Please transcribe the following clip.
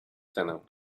cenę